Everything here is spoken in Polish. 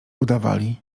udawali